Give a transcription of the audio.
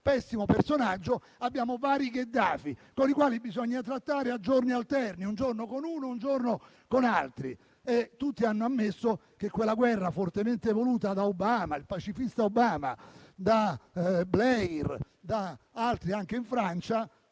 pessimo personaggio - abbiamo vari Gheddafi, con i quali bisogna trattare a giorni alterni (un giorno con uno, un giorno con altri). Tutti hanno ammesso che quella guerra, fortemente voluta dal pacifista Obama, da Blair e altri, anche in Francia,